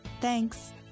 Thanks